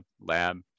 lab